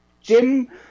Jim